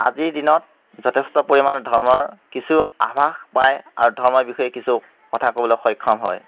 আজিৰ দিনত যথেষ্ট পৰিমাণে ধৰ্মৰ কিছু আভাস পায় আৰু ধৰ্মৰ বিষয়ে কিছু কথা ক'বলৈ সক্ষম হয়